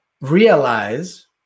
realize